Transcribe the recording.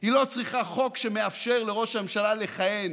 היא לא צריכה חוק שמאפשר לראש הממשלה לכהן